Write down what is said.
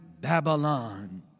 Babylon